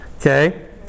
Okay